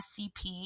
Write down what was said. SCP